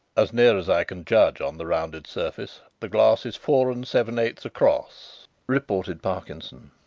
as near as i can judge on the rounded surface, the glass is four and seven-eighths across, reported parkinson.